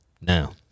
Now